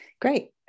great